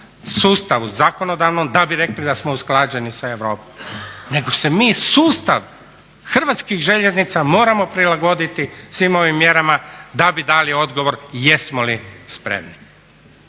sustavu zakonodavnom da bi rekli da smo usklađeni sa Europom, nego se mi sustav Hrvatskih željeznica moramo prilagoditi svim ovim mjerama da bi dali odgovor jesmo li spremni.